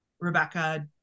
Rebecca